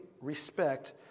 respect